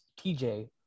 TJ